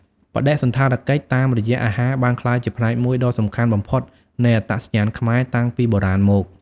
បដិសណ្ឋារកិច្ចតាមរយៈអាហារបានក្លាយជាផ្នែកមួយដ៏សំខាន់បំផុតនៃអត្តសញ្ញាណខ្មែរតាំងពីបុរាណមក។